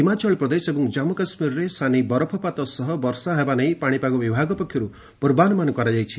ହିମାଚଳ ପ୍ରଦେଶ ଏବଂ ଜାନ୍ପୁ କାଶ୍ମୀରରେ ସାନି ବରଫପାତ ସହ ବର୍ଷା ହେବା ନେଇ ପାଣିପାଗ ବିଭାଗ ପକ୍ଷରୁ ପୂର୍ବାନୁମାନ କରାଯାଇଛି